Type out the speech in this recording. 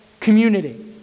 community